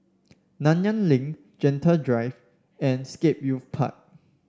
Nanyang Link Gentle Drive and Scape Youth Park